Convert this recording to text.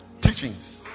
Teachings